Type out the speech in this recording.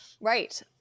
Right